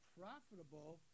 profitable